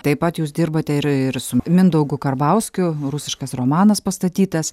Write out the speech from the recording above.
taip pat jūs dirbote ir ir su mindaugu karbauskiu rusiškas romanas pastatytas